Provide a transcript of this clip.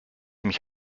mich